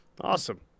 awesome